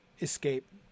escape